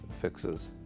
fixes